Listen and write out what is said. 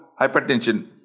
hypertension